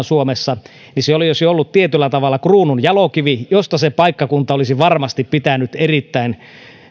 suomessa niin se olisi ollut tietyllä tavalla kruununjalokivi josta se paikkakunta olisi varmasti pitänyt erittäin